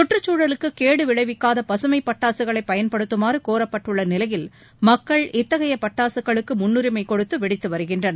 சுற்றுச்சூழலுக்கு கேடு விளைவிக்காத பசுமைப்பட்டாசுகளை பயன்படுத்தமாறு கோரப்பட்டுள்ள நிலையில் மக்கள் இத்தகைய பட்டாசுகளுக்கு முன்னுரிமை கொடுத்து வெடித்து வருகின்றனர்